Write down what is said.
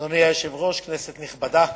אדוני היושב-ראש, כנסת נכבדה,